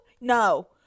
no